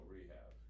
Rehab